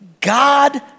God